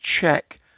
check